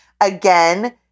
Again